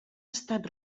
estat